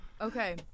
Okay